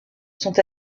sont